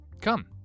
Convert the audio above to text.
Come